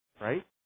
Right